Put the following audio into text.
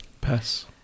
Pass